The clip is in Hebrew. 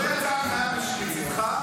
לא יצאה הנחיה מצידך?